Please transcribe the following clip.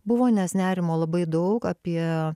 buvo nes nerimo labai daug apie